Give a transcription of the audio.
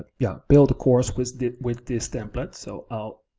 yeah build a course with with this template. so i'll